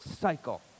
cycle